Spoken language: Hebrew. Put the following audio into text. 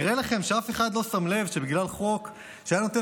נראה לכם שאף אחד לא שם לב שבגלל חוק שהיה נותן